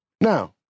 Now